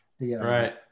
right